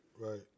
Right